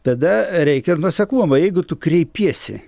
tada reikia ir nuoseklumo jeigu tu kreipiesi